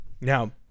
Now